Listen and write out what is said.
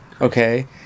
okay